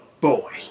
boy